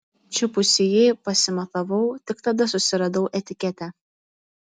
čiupusi jį pasimatavau tik tada susiradau etiketę